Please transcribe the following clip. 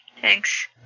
Thanks